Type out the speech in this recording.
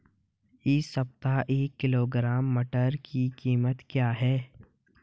इस सप्ताह एक किलोग्राम मटर की कीमत क्या है?